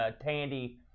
Tandy